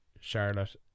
Charlotte